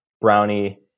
brownie